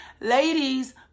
Ladies